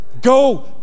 Go